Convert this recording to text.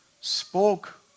spoke